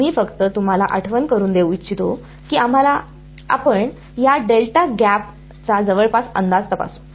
आम्ही फक्त तुम्हाला आठवण करून देऊ इच्छितो की आम्हाला आपण या डेल्टा गॅप चा जवळपास अंदाज तपासू